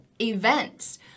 events